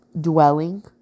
dwelling